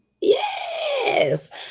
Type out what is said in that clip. yes